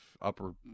upper